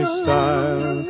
style